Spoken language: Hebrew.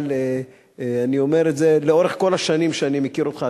אבל אני אומר את זה לאורך כל השנים שאני מכיר אותך,